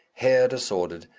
hair disordered,